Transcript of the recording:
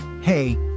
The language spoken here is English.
Hey